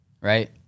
right